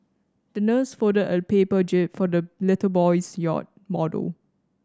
the nurse folded a paper jib for the little boy's yacht model